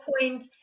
point